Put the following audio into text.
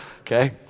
okay